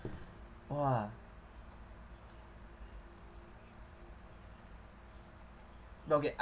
!wah! okay I